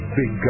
big